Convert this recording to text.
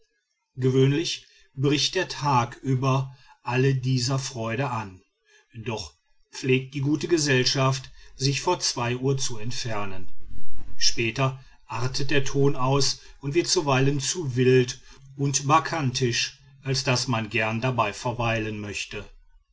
gewöhnlich bricht der tag über alle diese freuden an doch pflegt die gute gesellschaft sich vor zwei uhr zu entfernen später artet der ton aus und wird zuweilen zu wild und baccantisch als daß man gern dabei verweilen möchte